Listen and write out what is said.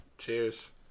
Cheers